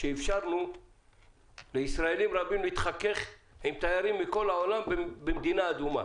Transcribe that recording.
שאפשרנו לישראלים רבים להתחכך עם תיירים מכל העולם במדינה אדומה,